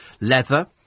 leather